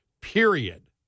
period